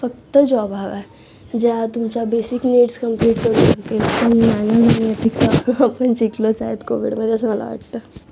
फक्त जॉब हवा आहे ज्या तुमच्या बेसिक नीड्स कम्प्लिट करून मॅनर्स आणि एथिक्स तर आपण शिकलोच आहेत कोव्हीडमध्ये असं मला वाटतं